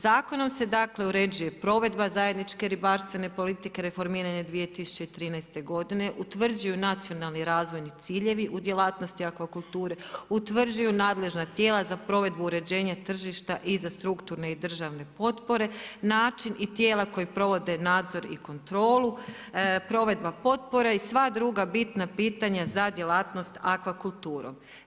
Zakonom se dakle uređuje provedba zajedničke ribarstvene politike reformirane 2013. godine, utvrđuju nacionalni razvojni ciljevi u djelatnosti akvakulture, utvrđuju nadležna tijela za provedbu uređenja tržišta i za strukturne i državne potpore, način i tijela koji provode nadzor i kontrolu, provedba potpore i sva druga bitna pitanja za djelatnost akvakulturom.